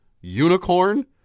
unicorn